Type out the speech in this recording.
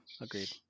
Agreed